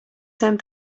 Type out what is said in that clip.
sen